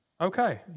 okay